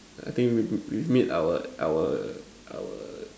I think we we've made our our our